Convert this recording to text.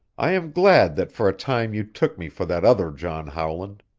i am glad that for a time you took me for that other john howland,